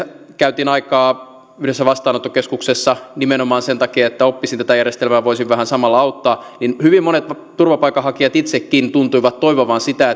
käytin aikaa yhdessä vastaanottokeskuksessa nimenomaan sen takia että oppisin tätä järjestelmää ja voisin vähän samalla auttaa niin hyvin monet turvapaikanhakijat itsekin tuntuivat toivovan sitä